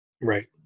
Right